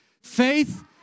Faith